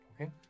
Okay